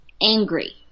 angry